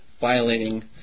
violating